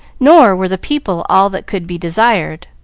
nor were the people all that could be desired,